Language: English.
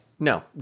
No